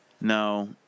No